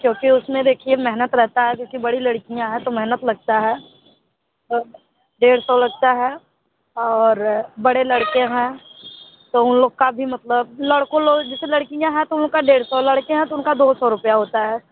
क्योंकि उसमें देखिए मेहनत रहती है क्योंकि बड़ी लड़कियाँ हैं तो मेहनत लगती है और डेढ़ सौ लगता है और बड़े लड़के हैं तो उन लोग का भी मतलब लड़कों लोग जैसे लड़कियाँ है उनका डेढ़ सौ लड़के हैं तो उनका दो सौ रुपये होता है